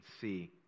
see